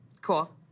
Cool